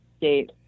date